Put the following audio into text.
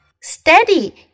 Steady